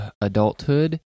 adulthood